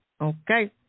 Okay